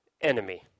enemy